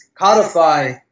codify